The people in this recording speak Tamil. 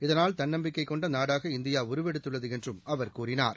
இதனால் தன்னம்பிக்கை கொண்ட நாடாக இந்தியா உருவெடுத்துள்ளது என்றும் அவர் கூறினார்